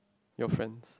your friends